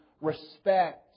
respect